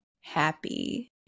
happy